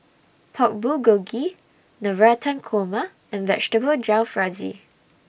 Pork Bulgogi Navratan Korma and Vegetable Jalfrezi